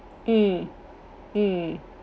mm mm